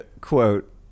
quote